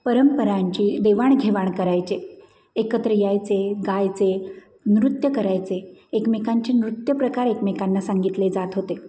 परंपरांची देवाणघेवाण करायचे एकत्र यायचे गायचे नृत्य करायचे एकमेकांचे नृत्य प्रकार एकमेकांना सांगितले जात होते